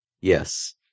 Yes